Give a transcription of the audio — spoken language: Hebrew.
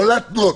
לא להתנות,